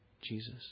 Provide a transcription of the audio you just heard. Jesus